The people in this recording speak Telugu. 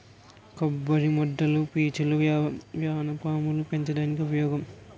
కొబ్బరి మొదల పీచులు వానపాములు పెంచడానికి ఉపయోగం